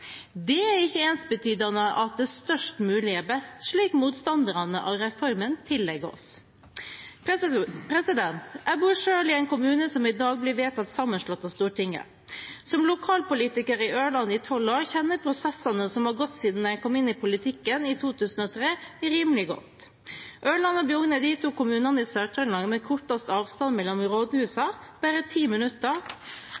Det er ikke ensbetydende med at størst mulig er best, slik som motstanderne av reformen tillegger oss. Jeg bor selv i en kommune som i dag blir vedtatt sammenslått av Stortinget. Som lokalpolitiker i Ørland i tolv år kjenner jeg prosessene som har gått siden jeg kom inn i politikken i 2003, rimelig godt. Ørland og Bjugn er de to kommunene i Sør-Trøndelag med kortest avstand mellom rådhusene – bare ti minutter – og